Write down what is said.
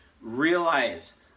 Realize